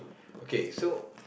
okay so